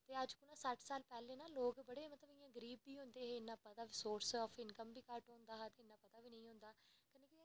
ते अज्ज कोला सट्ठ साल पैह्लें लोक बी इंया मतलब गरीब जेह् होंदे हे इन्ना पता सोर्स ऑफ इंकम बी घट्ट होंदा हा ते इन्ना पता बी निं होंदा हा